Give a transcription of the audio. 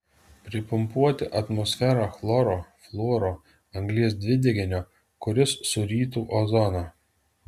pripumpuoti atmosferą chloro fluoro anglies dvideginio kuris surytų ozoną